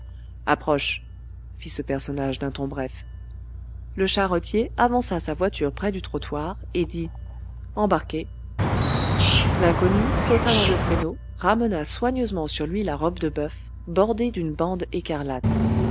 approche fit ce personnage d'un ton bref le charretier avança sa voiture près du trottoir et dit embarquez l'inconnu sauta dans le traîneau ramena soigneusement sur lui la robe de boeuf bordée d'une bande écarlate